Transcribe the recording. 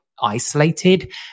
isolated